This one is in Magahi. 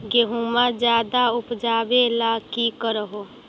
गेहुमा ज्यादा उपजाबे ला की कर हो?